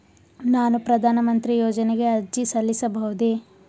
ನಾನು ಪ್ರಧಾನ ಮಂತ್ರಿ ಯೋಜನೆಗೆ ಅರ್ಜಿ ಸಲ್ಲಿಸಬಹುದೇ?